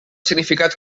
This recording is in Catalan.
significat